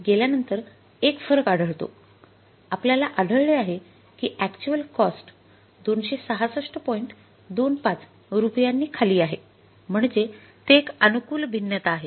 २5 रुपयांनी खाली आहे म्हणजे ते एक अनुकूल भिन्नता आहे